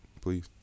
please